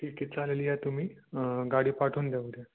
ठीक आहे चालेल या तुम्ही गाडी पाठवून द्या उद्या